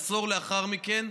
עשור לאחר מכן,